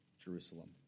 Jerusalem